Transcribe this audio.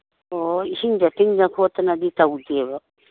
ꯑꯣ ꯏꯁꯤꯡꯗ ꯇꯤꯡꯗꯅ ꯈꯣꯠꯇꯅꯗꯤ ꯇꯧꯗꯦꯕ